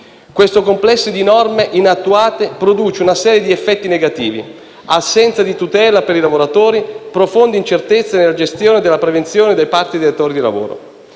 Questo complesso di norme inattuate produce una serie di effetti negativi: assenza di tutela per i lavoratori, profonde incertezze nella gestione della prevenzione da parte dei datori di lavoro.